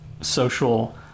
social